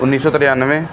ਉੱਨੀ ਸੌ ਤਰਾਨਵੇਂ